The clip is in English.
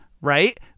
Right